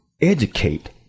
educate